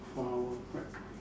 four hour correct